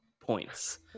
points